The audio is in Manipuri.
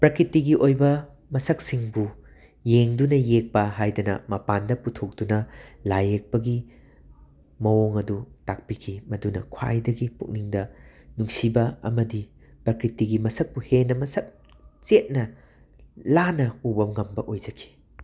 ꯄ꯭ꯔꯀꯤꯇꯤꯒꯤ ꯑꯣꯏꯕ ꯃꯁꯛꯁꯤꯡꯕꯨ ꯌꯦꯡꯗꯨꯅ ꯌꯦꯛꯄ ꯍꯥꯏꯗꯅ ꯃꯄꯥꯟꯗ ꯄꯨꯊꯣꯛꯇꯨꯅ ꯂꯥꯏ ꯌꯦꯛꯄꯒꯤ ꯃꯥꯎꯡ ꯑꯗꯨ ꯇꯥꯛꯄꯤꯈꯤ ꯃꯗꯨꯅ ꯈ꯭ꯋꯥꯏꯗꯒꯤ ꯄꯨꯛꯅꯤꯡꯗ ꯅꯨꯡꯁꯤꯕ ꯑꯃꯗꯤ ꯄ꯭ꯔꯀꯤꯇꯤꯒꯤ ꯃꯁꯛꯄꯨ ꯍꯦꯟꯅ ꯃꯁꯛ ꯆꯦꯠꯅ ꯂꯥꯅ ꯎꯕ ꯉꯝꯕ ꯑꯣꯏꯖꯈꯤ